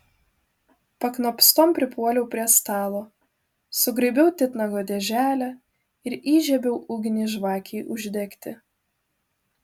paknopstom pripuoliau prie stalo sugraibiau titnago dėželę ir įžiebiau ugnį žvakei uždegti